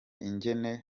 ingene